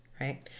right